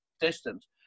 distance